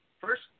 First